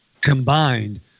combined